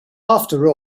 after